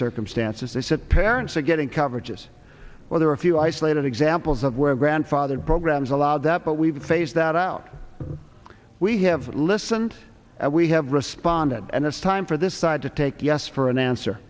circumstances that said parents are getting coverage as well there are a few isolated examples of where grandfathered programs allow that but we've faced that out we have listened and we have responded and it's time for this side to take yes for an answer